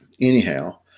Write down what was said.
Anyhow